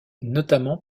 notamment